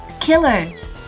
Killers